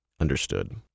Understood